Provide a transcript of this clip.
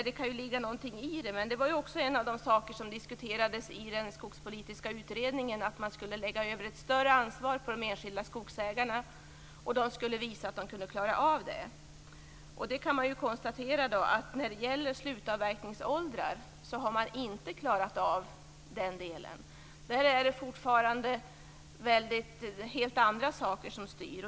Det kan ligga någonting i den. Men en av de saker som diskuterades i den skogspolitiska utredningen var ju att man skulle lägga över ett större ansvar på de enskilda skogsägarna och att de skulle visa att de kunde klara av det. Man kan konstatera att de inte har klarat av den delen som gäller slutavverkningsåldrar. Det är fortfarande helt andra saker som styr.